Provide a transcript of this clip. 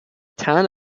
town